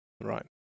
right